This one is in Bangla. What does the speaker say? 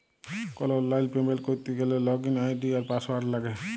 কল অললাইল পেমেল্ট ক্যরতে হ্যলে লগইল আই.ডি আর পাসঅয়াড় লাগে